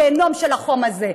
בגיהינום של החום הזה.